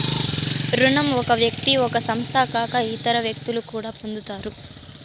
రుణం ఒక వ్యక్తి ఒక సంస్థ కాక ఇతర వ్యక్తులు కూడా పొందుతారు